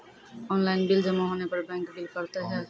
Online bill जमा होने पर बैंक बिल पड़तैत हैं?